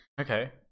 Okay